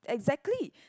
exactly